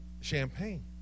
champagne